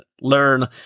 learn